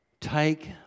Take